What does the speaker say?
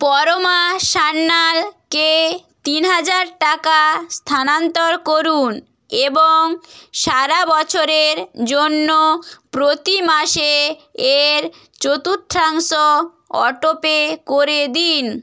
পরমা সান্যালকে তিন হাজার টাকা স্থানান্তর করুন এবং সারা বছরের জন্য প্রতি মাসে এর চতুর্থাংশ অটোপে করে দিন